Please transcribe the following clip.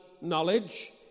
knowledge